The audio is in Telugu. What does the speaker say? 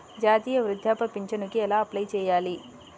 జాతీయ వృద్ధాప్య పింఛనుకి ఎలా అప్లై చేయాలి?